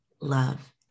love